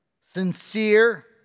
sincere